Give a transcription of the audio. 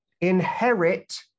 inherit